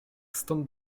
stąd